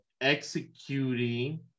executing